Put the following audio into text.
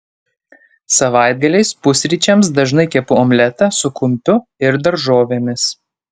savaitgaliais pusryčiams dažnai kepu omletą su kumpiu ir daržovėmis